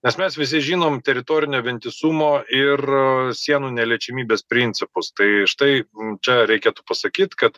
nes mes visi žinom teritorinio vientisumo ir sienų neliečiamybės principus tai štai čia reikėtų pasakyt kad